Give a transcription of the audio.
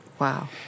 Wow